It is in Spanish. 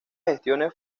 gestiones